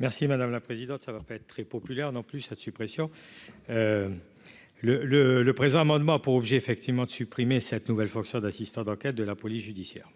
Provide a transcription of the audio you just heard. Merci madame la présidente, ça va pas être très populaire dans plus sa suppression le le le présent amendement a pour objet, effectivement, de supprimer cette nouvelle fonction d'assistant d'enquête de la police judiciaire.